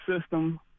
system